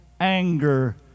anger